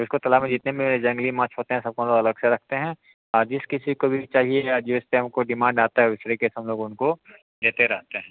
इसको तलाब में जितने में जंगली माछ होते हैं सबको हम लोग अलग से रखते हैं जिस किसी को कभी चाहिए या जिससे हमको डिमांड आता है हम लोग उनको देते रहते हैं